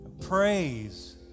praise